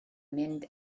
mynd